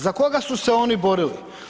Za koga su se oni borili?